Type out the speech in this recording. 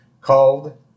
called